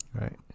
Right